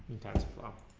tensorflow